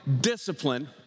discipline